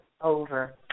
over